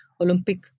Olympic